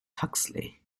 huxley